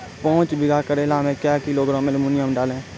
पाँच बीघा करेला मे क्या किलोग्राम एलमुनियम डालें?